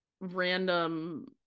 random